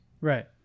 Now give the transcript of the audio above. Right